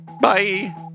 Bye